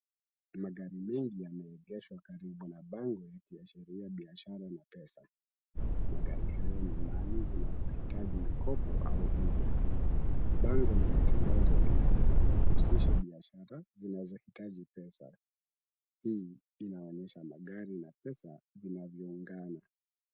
Magari mengi yame egeshwa karibu na bango la sheria ya biashara na pesa. Magari haya ni mali zinazohitaji mikopo au bima. Bango la matangazo linaweza kuhusisha biashara zinazohitaji pesa. Hii inaonyesha magari na pesa vinavyoungana.